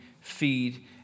feed